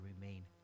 remain